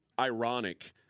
ironic